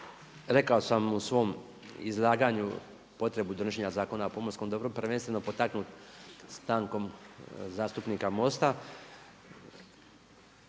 rekao sam u svom izlaganju potreba držanju Zakona o pomorskom dobru, prvenstveno potaknut stankom zastupnika Mosta.